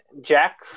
Jack